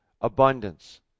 abundance